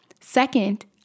Second